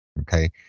Okay